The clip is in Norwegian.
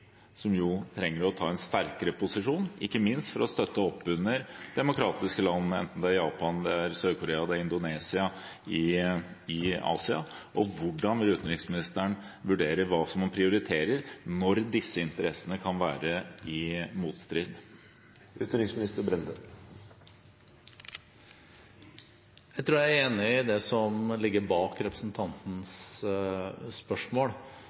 som jo trenger å innta en sterkere posisjon, ikke minst for å støtte opp under demokratiske land i Asia – enten det er Japan, Sør-Korea eller Indonesia? Hvordan vil utenriksministeren vurdere hva man prioriterer når disse interessene kan være i motstrid? Jeg tror jeg er enig i det som ligger bak representantens spørsmål,